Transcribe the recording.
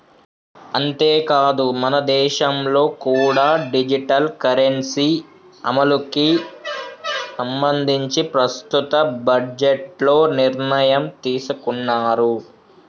అంతేకాదు మనదేశంలో కూడా డిజిటల్ కరెన్సీ అమలుకి సంబంధించి ప్రస్తుత బడ్జెట్లో నిర్ణయం తీసుకున్నారు